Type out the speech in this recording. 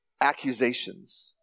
accusations